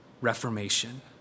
reformation